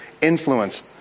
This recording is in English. influence